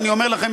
אני אומר לכם,